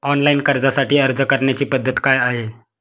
Online कर्जासाठी अर्ज करण्याची पद्धत काय आहे?